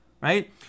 right